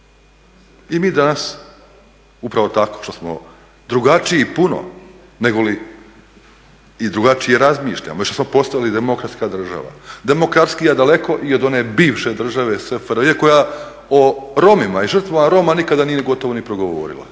I mi danas upravo tako što smo drugačiji puno nego li i drugačije razmišljamo i što smo postali demokratska država, demokratskija daleko i od one bivše države SFRJ koja o Romima i žrtvama Roma nikada nije gotovo ni progovorila